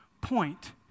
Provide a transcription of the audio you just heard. point